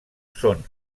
són